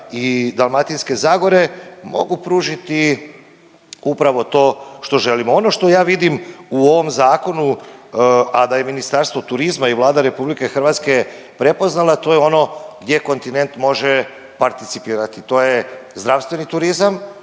i Dalmatinske zagore, mogu pružiti upravo to što želimo. Ono što ja vidim u ovom zakonu, a da je Ministarstvo turizma i Vlada RH prepoznala to je ono gdje kontinent može participirati, to je zdravstveni turizam,